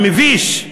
המביש,